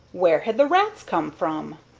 where had the rats come from?